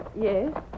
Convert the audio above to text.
Yes